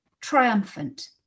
triumphant